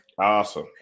Awesome